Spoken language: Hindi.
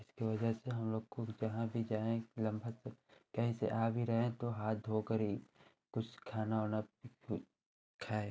इसकी वज़ह से हमलोग को जहाँ भी जाएँ लगभग कहीं से आ भी रहे हैं तो हाथ धोकर ही कुछ खाना उना खाएँ